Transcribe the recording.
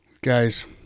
Guys